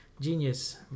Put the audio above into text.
genius